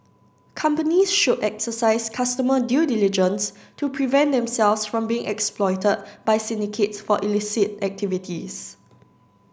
companies should exercise customer due diligence to prevent themselves from being exploited by syndicates for illicit activities